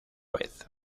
vez